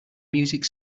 music